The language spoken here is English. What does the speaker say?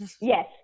Yes